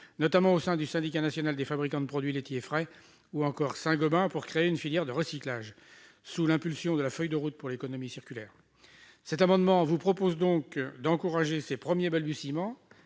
notamment au sein du Syndicat national des fabricants de produits laitiers frais ou encore chez Saint-Gobain, pour créer une filière de recyclage sous l'impulsion de la feuille de route pour l'économie circulaire. Par cet amendement, nous vous proposons d'encourager ces premiers balbutiements